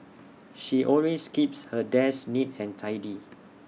she always keeps her desk neat and tidy